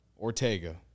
Ortega